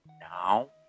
now